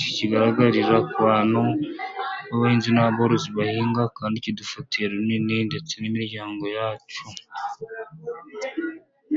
kikigaragarira ku bantu b'abahinzi n'aborozi bahinga, kandi kidufatiye runini ndetse n'imiryango yacu.